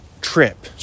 trip